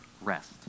rest